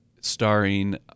starring